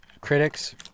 critics